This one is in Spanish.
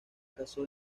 casó